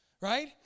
right